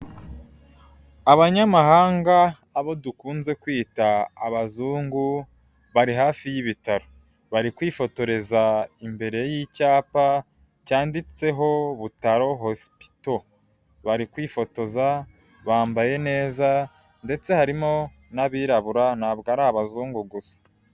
Abanyamahanga abo dukunze kwita abazungu, bari hafi y'ibitaro. Bari kwifotoreza imbere y'icyapa cyanditse Butaro hospital. Bari kwifotoza, bambaye neza ndetse harimo n'abirabura ntabwo ari abazungu gusa.